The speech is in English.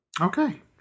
Okay